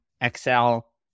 Excel